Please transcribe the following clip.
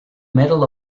medal